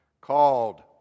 called